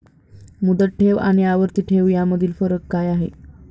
मुदत ठेव आणि आवर्ती ठेव यामधील फरक काय आहे?